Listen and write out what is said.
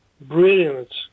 brilliant